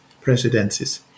presidencies